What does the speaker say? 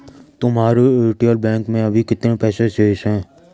तुम्हारे एयरटेल बैंक में अभी कितने पैसे शेष हैं?